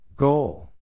Goal